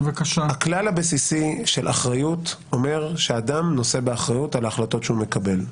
הכלל הבסיסי של אחריות אומר שאדם נושא באחריות על החלטות שהוא מקבל.